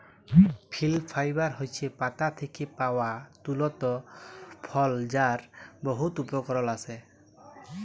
leaf fibre হছে পাতা থ্যাকে পাউয়া তলতু ফল যার বহুত উপকরল আসে